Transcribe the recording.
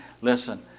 listen